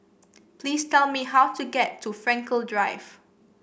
please tell me how to get to Frankel Drive